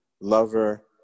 lover